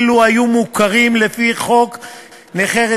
כי ישראל חסון לא היה פה,